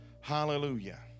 Hallelujah